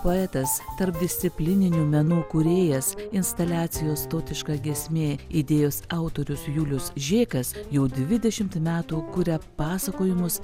poetas tarpdisciplininių menų kūrėjas instaliacijos tautiška giesmė idėjos autorius julius žėkas jau dvidešimt metų kuria pasakojimus